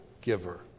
giver